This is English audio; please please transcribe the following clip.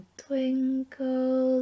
twinkle